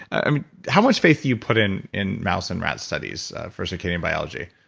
and how much faith do you put in in mouse and rat studies for circadian biology